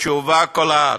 תשובה קולעת.